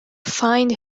find